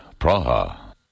Praha